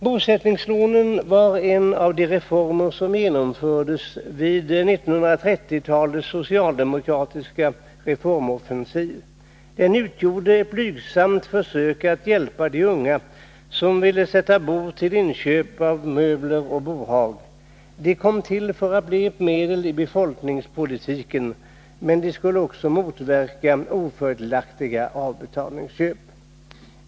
Bosättningslånegivningen var en av de reformer som genomfördes vid 1930-talets socialdemokratiska reformoffensiv. Den utgjorde ett blygsamt försök att hjälpa unga som vill sätta bo, till inköp av möbler och bohag. Bosättningslånen kom till för att bli ett medel i befolkningspolitiken. Men de skulle också motverka ofördelaktiga avbetalningsköp.